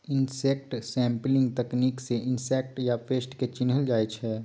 insect sampling तकनीक सँ insect या पेस्ट केँ चिन्हल जाइ छै